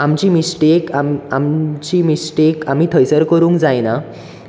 आमची मिस्टेक आम आमची मिस्टेक आमी थंय करूंक जायना